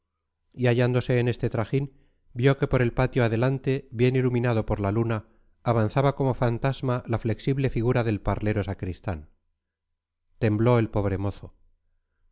salir de madrugada y hallándose en este trajín vio que por el patio adelante bien iluminado por la luna avanzaba como fantasma la flexible figura del parlero sacristán tembló el pobre